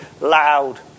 loud